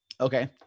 Okay